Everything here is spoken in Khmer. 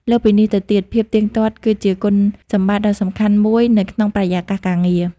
លើសពីនេះទៅទៀតភាពទៀងទាត់ គឺជាគុណសម្បត្តិដ៏សំខាន់មួយនៅក្នុងបរិយាកាសការងារ។